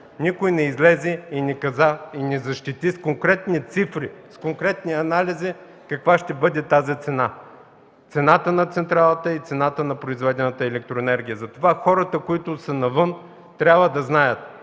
проект не излезе и не защити с конкретни цифри, с конкретни анализи каква ще бъде цената на централата и на произведената електроенергия. Затова хората, които са навън, трябва да знаят